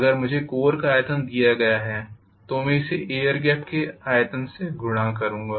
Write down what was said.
अगर मुझे कोर का आयतन दिया गया है तो मैं इसे एयर गेप के आयतन से गुणा करूँगा